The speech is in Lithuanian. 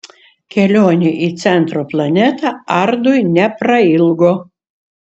kelionė į centro planetą ardui neprailgo